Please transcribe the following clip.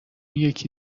یکی